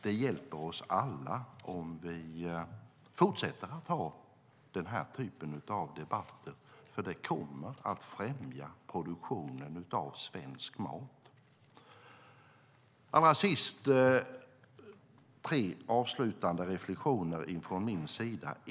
Det hjälper oss alla om vi fortsätter att ha den här typen av debatter. Det kommer att främja produktionen av svensk mat. Allra sist har jag tre avslutande reflexioner.